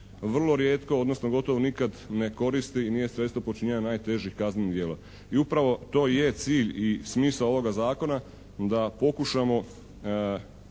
vrlo rijetko, odnosno gotovo nikad ne koristi i nije sredstvo počinjenja najtežih kaznenih djela. I upravo to i je cilj i smisao ovoga zakona da pokušamo